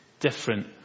different